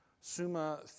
summa